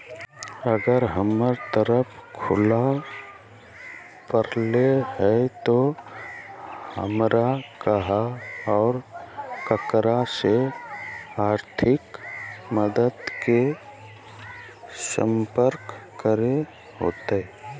अगर हमर तरफ सुखा परले है तो, हमरा कहा और ककरा से आर्थिक मदद के लिए सम्पर्क करे होतय?